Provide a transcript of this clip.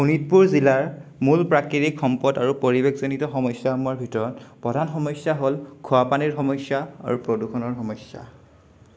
শোণিতপুৰ জিলাৰ মূল প্ৰাকৃতিক সম্পদ আৰু পৰিৱেশজনিত সমস্যাসমূহৰ ভিতৰত প্ৰধান সমস্যা হ'ল খোৱাপানীৰ সমস্যা আৰু প্ৰদূষণৰ সমস্যা